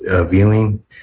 viewing